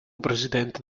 presidente